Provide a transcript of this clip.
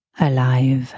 alive